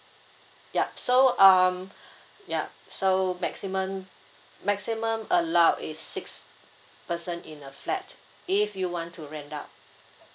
yup so um ya so maximum maximum allow is six person in a flat if you want to rent out